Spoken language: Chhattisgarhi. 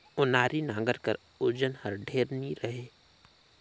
ओनारी नांगर कर ओजन हर ढेर नी रहें